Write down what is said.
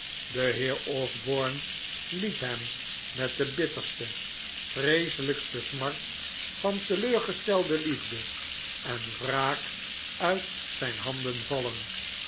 de heer osborne liet hem met de bitterste vreeselijkste smart van teleurgestelde liefde en wraak uit zijn handen vallen